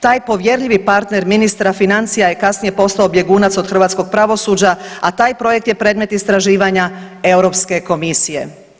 Taj povjerljivi partner ministra financija je kasnije postao bjegunac od hrvatskog pravosuđa, a taj projekt je predmet istraživanja EU komisije.